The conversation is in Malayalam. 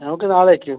ഞമക്ക് നാളേക്ക്